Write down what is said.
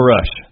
Rush